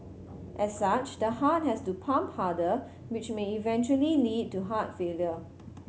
as such the heart has to pump harder which may eventually lead to heart failure